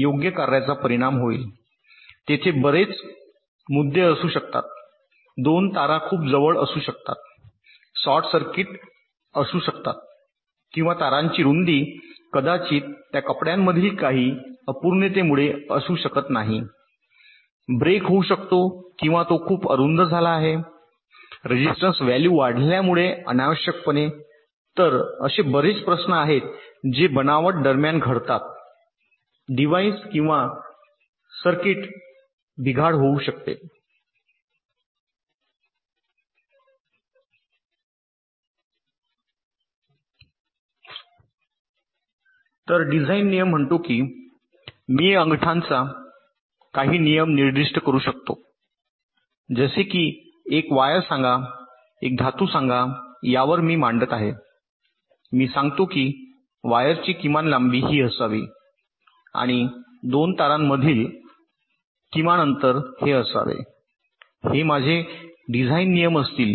योग्य कार्याचा परिणाम होईल तेथे बरेच मुद्दे असू शकतात दोन तारा खूप जवळ असू शकतात शॉर्ट सर्किट असू शकतात किंवा तारांची रुंदी कदाचित त्या कपड्यांमधील काही अपूर्णतेमुळे असू शकत नाही ब्रेक होऊ शकतो किंवा तो खूप अरुंद झाला आहे रेझिस्टन्स व्हॅल्यू वाढल्यामुळे अनावश्यकपणे तर असे बरेच प्रश्न आहेत जे बनावट दरम्यान घडतात डिव्हाइस किंवा सर्किट बिघाड होऊ शकते तर डिझाईन नियम म्हणतो की मी अंगठाचा काही नियम निर्दिष्ट करू शकतो जसे की एक वायर सांगा एक धातू सांगा यावर मी मांडत आहे मी सांगतो की वायरची किमान लांबी ही असावी आणि 2 तारांमधील किमान अंतर हे असावे हे माझे डिझाइन नियम असतील